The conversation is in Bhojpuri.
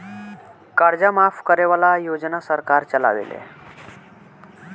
कर्जा माफ करे वाला योजना सरकार चलावेले